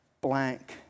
blank